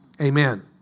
Amen